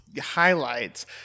highlights